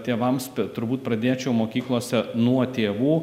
tėvams turbūt pradėčiau mokyklose nuo tėvų